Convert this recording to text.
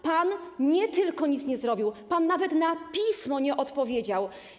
Pan nie tylko nic nie zrobił, pan nawet na pismo nie odpowiedział.